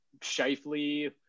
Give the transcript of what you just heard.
Shifley